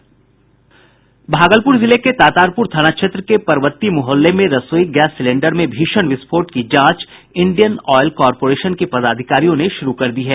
भागलपुर जिले में तातारपुर थाना क्षेत्र के परवत्ती मुहल्ले में रसोई गैस सिलेंडर में भीषण विस्फोट की जांच इंडियन ऑयल कारपोरेशन के पदाधिकारियों ने शुरू कर दी है